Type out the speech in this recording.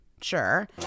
Sure